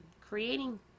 creating